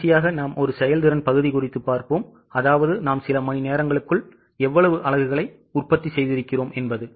கடைசியாக ஒரு செயல்திறன் பகுதிஅதாவது நாம் சில மணி நேரங்களுக்குள் எவ்வளவு அலகுகளை உற்பத்தி செய்திருக்கிறோம் என்பது